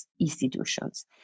institutions